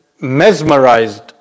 mesmerized